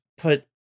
put